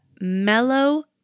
mellow